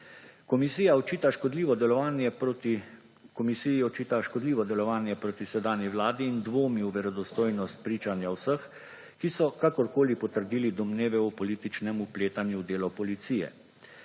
Komisiji očita škodljivo delovanje proti sedanji vladi in dvomi v verodostojnost pričanja vseh, ki so kakorkoli potrdili domneve o političnem vpletanju v delo policije.